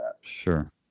Sure